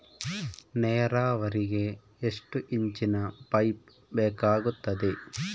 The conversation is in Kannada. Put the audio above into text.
ನೇರಾವರಿಗೆ ಎಷ್ಟು ಇಂಚಿನ ಪೈಪ್ ಬೇಕಾಗುತ್ತದೆ?